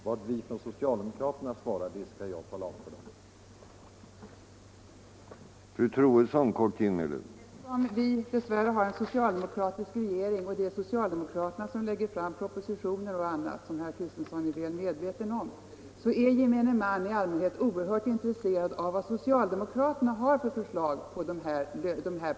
Vad vi från socialdemokraterna svarar skall jag själv tala om för dem.